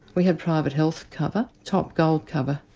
we had private health cover, top gold cover,